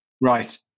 Right